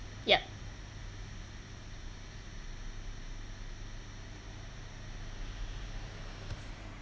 yup